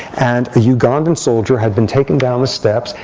and a ugandan soldier had been taken down the steps,